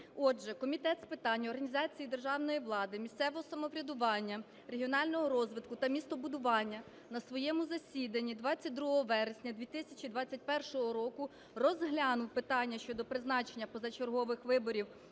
Отже, Комітет з питань організації державної влади, місцевого самоврядування, регіонального розвитку та містобудування на своєму засіданні 22 вересня 2021 року розглянув питання щодо призначення позачергових виборів